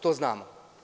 To znamo.